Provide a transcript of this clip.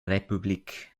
république